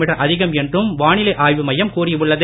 metre அதிகம் என்றும் வானிலை ஆய்வு மையம் கூறி உள்ளது